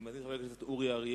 אני מזמין את חבר הכנסת אורי אריאל